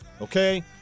Okay